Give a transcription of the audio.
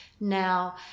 now